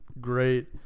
great